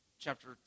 chapter